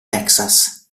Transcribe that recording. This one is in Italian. texas